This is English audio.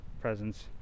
presence